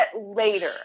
later